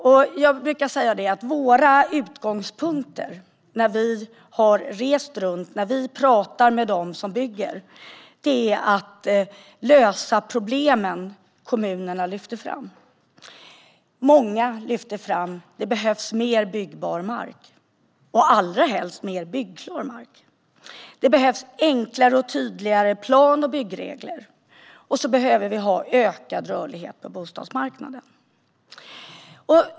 När vi har rest runt och talat med dem som bygger brukar jag säga att våra utgångspunkter måste vara att lösa de problem som kommunerna lyfter fram. Många säger att det behövs mer byggbar mark, och allra helst mer byggklar mark. Det behövs enklare och tydligare plan och byggregler, och vi behöver ha ökad rörlighet på bostadsmarknaden.